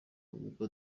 nubwo